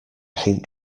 paint